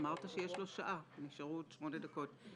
אמרת שיש לו שעה, ונשארו עוד שמונה דקות.